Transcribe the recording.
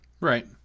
Right